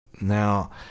Now